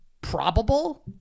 probable